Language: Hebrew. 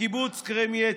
בקיבוץ כרמיה,